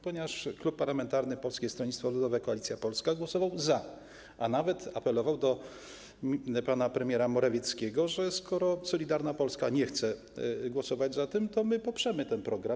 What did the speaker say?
Ponieważ Klub Parlamentarny Polskie Stronnictwo Ludowe - Koalicja Polska głosował za, a nawet apelował do pana premiera Morawieckiego, że skoro Solidarna Polska nie chce głosować za tym, to my poprzemy ten program.